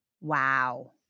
Wow